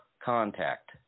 contact